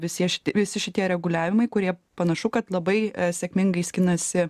visie visi šitie reguliavimai kurie panašu kad labai sėkmingai skinasi